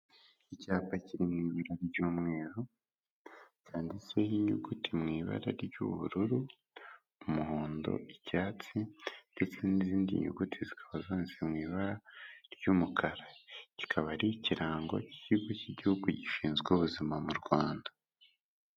Icyapa kiri mu ibura ry'umweru cyanditseho inyuguti mu ibara ry'ubururu, umuhondo, icyatsi ndetse n'izindi nyuguti zikaba zanditse mu ibara ry'umukara kikaba ari ikirango'ikigo cy'igihugu gishinzwe ubuzima mu Rwanda.